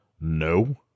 no